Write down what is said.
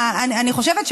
אני חושבת,